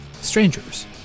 Strangers